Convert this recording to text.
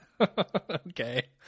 Okay